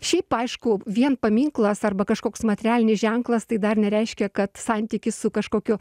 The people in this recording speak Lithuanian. šiaip aišku vien paminklas arba kažkoks materialinis ženklas tai dar nereiškia kad santykis su kažkokiu